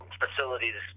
facilities